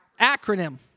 Acronym